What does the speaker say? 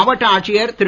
மாவட்ட ஆட்சியர் திரு